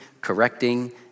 correcting